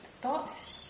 thoughts